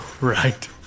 right